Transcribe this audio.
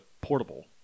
portable